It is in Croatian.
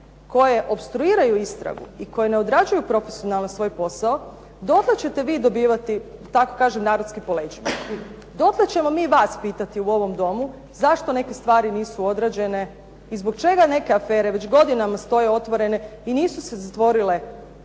koji opstruiraju istragu i koji ne odrađuju svoj posao profesionalno, dotle ćete vi dobivati tako kaže narodski po leđima. Dotle ćemo mi vas pitati u ovom Domu, zašto neke stvari nisu odrađene i zbog čega neke afere već godinama stoje otvorene i nisu se zatvorile